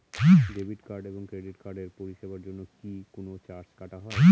Debit card এবং credit কার্ডের পরিষেবার জন্য কি কোন চার্জ কাটা হয়?